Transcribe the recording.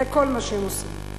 זה כל מה שהם עושים.